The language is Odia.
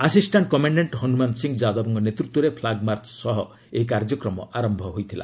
ଆସିଷ୍ଟାଣ୍ଟ କମାଶ୍ଡାଣ୍ଟ ହନୁମାନ ସିଂ ଯାଦବଙ୍କ ନେତୃତ୍ୱରେ ଫ୍ଲାଗମାର୍ଚ୍ଚ ସହ ଏହି କାର୍ଯ୍ୟକ୍ରମ ଆରୟ ହୋଇଥିଲା